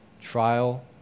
trial